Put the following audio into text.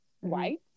white